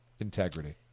integrity